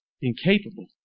Incapable